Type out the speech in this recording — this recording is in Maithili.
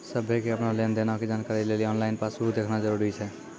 सभ्भे के अपनो लेन देनो के जानकारी लेली आनलाइन पासबुक देखना जरुरी छै